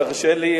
תרשה לי.